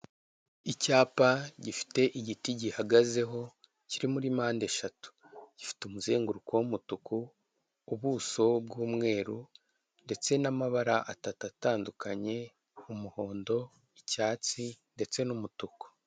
Icyapa gifite igiti gihagazeho kiri muri mpande eshatu gifite umuzunguruko w'umutuku ubuso bw'umweru ndetse n'amabara atatu atandukanye umuhondo, icyatsi ndetse n'umutuku.